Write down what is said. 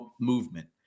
movement